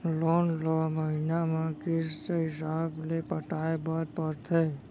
loan ल महिना म किस्त हिसाब ले पटाए बर परथे